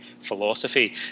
philosophy